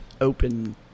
open